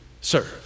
serve